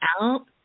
out